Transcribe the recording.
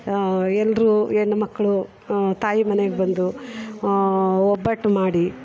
ಎಲ್ಲರೂ ಹೆಣ್ಮಕ್ಳು ತಾಯಿ ಮನೆಗೆ ಬಂದು ಒಬ್ಬಟ್ಟು ಮಾಡಿ